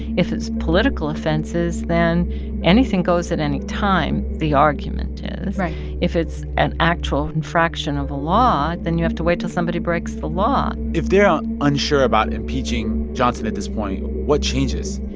if it's political offenses, then anything goes at any time, the argument is right if it's an actual infraction of a law, then you have to wait till somebody breaks the law if they're unsure about impeaching johnson at this point, what changes?